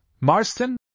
Marston